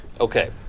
Okay